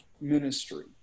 ministry